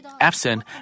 absent